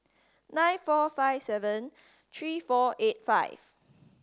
nine four five seven three four eight five